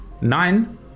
nine